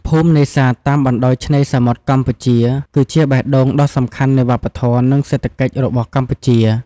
ភូមិនេសាទតាមបណ្តោយឆ្នេរសមុទ្រកម្ពុជា គឺជាបេះដូងដ៏សំខាន់នៃវប្បធម៌ និងសេដ្ឋកិច្ចរបស់ប្រទេសកម្ពុជា។